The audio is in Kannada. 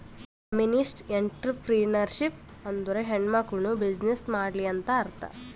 ಫೆಮಿನಿಸ್ಟ್ಎಂಟ್ರರ್ಪ್ರಿನರ್ಶಿಪ್ ಅಂದುರ್ ಹೆಣ್ಮಕುಳ್ನೂ ಬಿಸಿನ್ನೆಸ್ ಮಾಡ್ಲಿ ಅಂತ್ ಅರ್ಥಾ